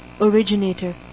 originator